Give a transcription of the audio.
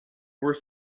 were